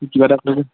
কিবা এটা